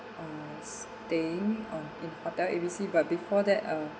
uh staying on in hotel A B C but before that uh